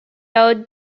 out